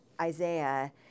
Isaiah